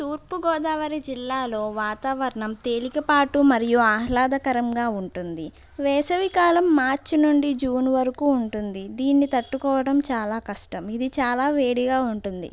తూర్పుగోదావరి జిల్లాలో వాతావరణం తేలిక పాటు మరియు ఆహ్లాదకరంగా ఉంటుంది వేసవికాలం మార్చి నుండి జూన్ వరకు ఉంటుంది దీన్ని తట్టుకోవడం చాలా కష్టం ఇది చాలా వేడిగా ఉంటుంది